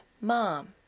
mom